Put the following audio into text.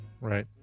Right